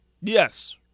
Yes